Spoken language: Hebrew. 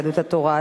יהדות התורה,